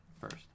first